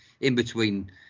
in-between